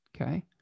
okay